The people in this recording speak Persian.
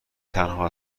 تنها